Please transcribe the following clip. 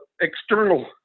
external